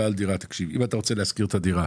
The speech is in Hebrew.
אם אתה רוצה להשכיר את הדירה